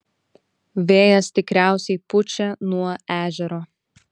vėjas tikriausiai pučia nuo ežero